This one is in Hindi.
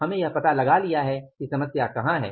हमने यह पता लगा लिया है कि समस्या कहाँ है